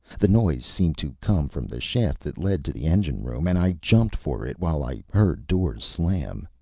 the noise seemed to come from the shaft that led to the engine room, and i jumped for it, while i heard doors slam.